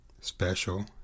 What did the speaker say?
special